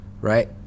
Right